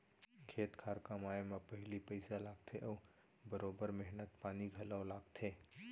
खेत खार कमाए म पहिली पइसा लागथे अउ बरोबर मेहनत पानी घलौ लागथे